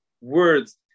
words